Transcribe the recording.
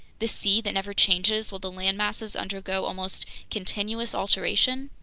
this sea that never changes while the land masses undergo almost continuous alteration?